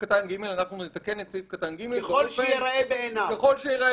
אנחנו נתקן את סעיף ג', "ככל שייראה בעיניו".